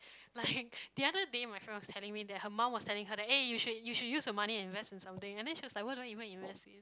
like the other day my friend was telling me that her mum was telling her eh you should you should use your money and invest in something and she's like what do I even invest in